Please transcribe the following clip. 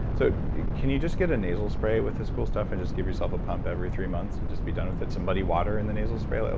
so can you just get a nasal spray with this cool stuff and just give yourself a pump every three months and just be done with it? some muddy water in the nasal spray? like